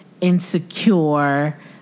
Insecure